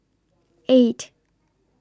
eight